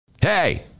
Hey